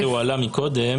זה עלה מקודם,